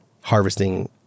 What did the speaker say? harvesting